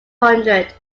hundred